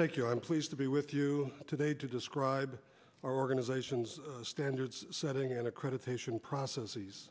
thank you i'm pleased to be with you today to describe our organization's standards setting an accreditation processes